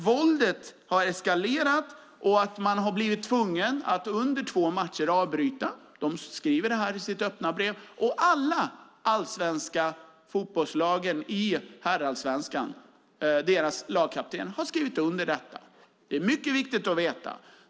Våldet har eskalerat, och man har blivit tvungen att avbryta två matcher, skriver de i sitt öppna brev. Alla allsvenska herrfotbollslagens lagkaptener har skrivit under detta. Det är mycket viktigt att veta.